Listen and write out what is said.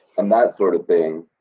and that sort of thing.